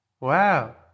Wow